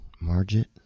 margit